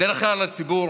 בדרך כלל על הציבור,